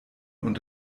und